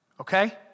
okay